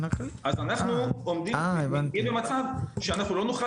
אז אנחנו עומדים במצב שאנחנו לא נוכל